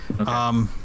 Okay